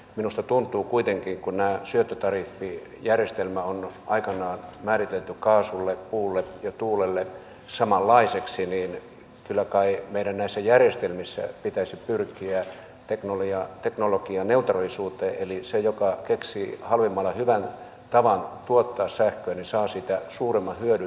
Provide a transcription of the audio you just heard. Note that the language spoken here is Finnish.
minusta tuntuu kuitenkin että kun tämä syöttötariffijärjestelmä on aikanaan määritelty kaasulle puulle ja tuulelle samanlaiseksi niin kyllä kai meidän näissä järjestelmissä pitäisi pyrkiä teknologianeutraalisuuteen eli se joka keksii halvimmalla hyvän tavan tuottaa sähköä saa siitä suurimman hyödyn